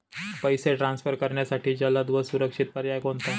पैसे ट्रान्सफर करण्यासाठी जलद व सुरक्षित पर्याय कोणता?